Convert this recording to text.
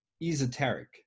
esoteric